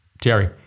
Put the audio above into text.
Jerry